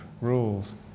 rules